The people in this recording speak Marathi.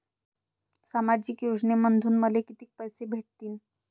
सामाजिक योजनेमंधून मले कितीक पैसे भेटतीनं?